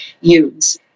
use